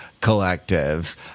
Collective